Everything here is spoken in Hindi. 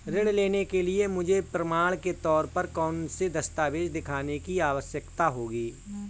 ऋृण लेने के लिए मुझे प्रमाण के तौर पर कौनसे दस्तावेज़ दिखाने की आवश्कता होगी?